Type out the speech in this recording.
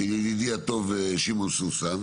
של ידידי הטוב שמעון סוסן,